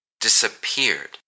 disappeared